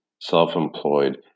self-employed